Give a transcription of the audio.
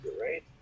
right